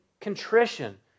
contrition